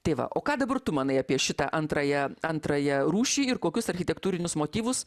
tai va o ką dabar tu manai apie šitą antrąją antrąją rūšį ir kokius architektūrinius motyvus